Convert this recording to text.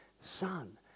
Son